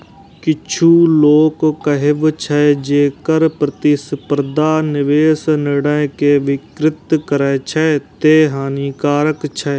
किछु लोकक कहब छै, जे कर प्रतिस्पर्धा निवेश निर्णय कें विकृत करै छै, तें हानिकारक छै